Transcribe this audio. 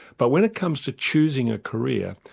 but when it comes to choosing a career,